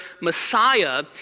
Messiah